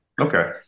Okay